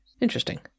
Interesting